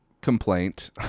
complaint